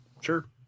Sure